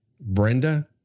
Brenda